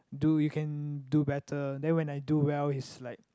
do you can do better then when I do well he's like